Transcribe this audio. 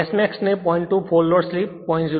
2 full load slip 0